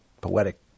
Poetic